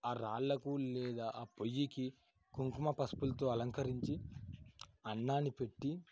ఆ రాళ్లకు లేదా ఆ పొయ్యికి కుంకుమ పసుపుతో అలంకరించి అన్నాన్ని పెట్టి